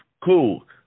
cool